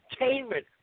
entertainment